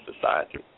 Society